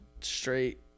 straight